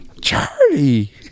Charlie